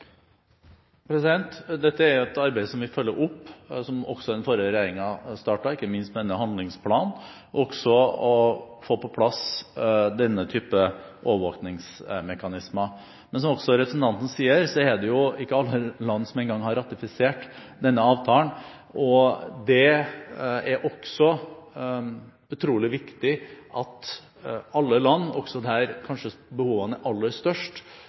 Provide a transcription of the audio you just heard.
Dette er et arbeid som vi følger opp, som den forrige regjeringen startet – ikke minst handlingsplanen og å få på plass denne type overvåkningsmekanismer. Men, som også representanten sier, det er ikke engang alle land som har ratifisert denne avtalen. Det er utrolig viktig at alle land, også der behovene kanskje er aller størst,